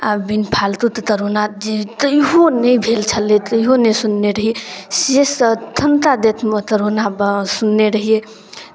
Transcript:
आ बिनु फालतूते तरोना जे तहियो नहि भेल छलै तहियो नहि सुनने रहियै से एथुनता डेटमे तरोना बड़ा सुनने रहियै